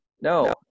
No